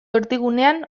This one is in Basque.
erdigunean